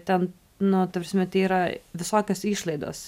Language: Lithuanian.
ten nu ta prasme tai yra visokios išlaidos